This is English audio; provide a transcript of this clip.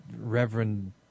reverend